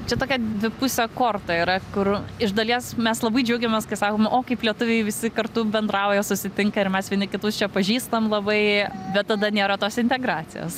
čia tokia dvipusė korta yra kur iš dalies mes labai džiaugiamės kai sakom o kaip lietuviai visi kartu bendrauja susitinka ir mes vieni kitus čia pažįstam labai bet tada nėra tos integracijos